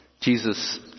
Jesus